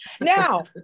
Now